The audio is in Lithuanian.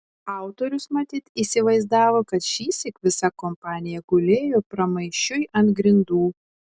autorius matyt įsivaizdavo kad šįsyk visa kompanija gulėjo pramaišiui ant grindų